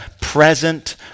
present